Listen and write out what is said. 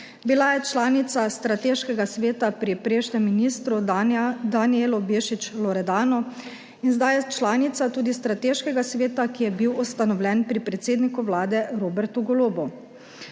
Bila je članica strateškega sveta pri prejšnjem ministru Danijelu Bešič Loredanu in zdaj je članica tudi strateškega sveta, ki je bil ustanovljen pri predsedniku vlade Robertu Golobu.